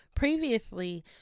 Previously